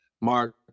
Mark